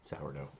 Sourdough